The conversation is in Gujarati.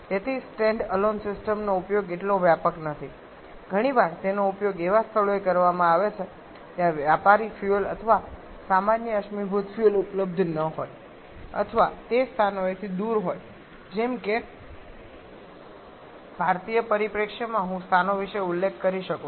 તેથી સ્ટેન્ડ અલોન સિસ્ટમ્સનો ઉપયોગ એટલો વ્યાપક નથી ઘણી વાર તેનો ઉપયોગ એવા સ્થળોએ કરવામાં આવે છે જ્યાં વ્યાપારી ફ્યુઅલ અથવા સામાન્ય અશ્મિભૂત ફ્યુઅલ ઉપલબ્ધ ન હોય અથવા તે સ્થાનોથી દૂર હોય જેમ કે ભારતીય પરિપ્રેક્ષ્યમાં હું સ્થાનો વિશે ઉલ્લેખ કરી શકું છું